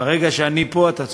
ברגע שאני פה, אתה צודק.